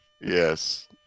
Yes